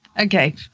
Okay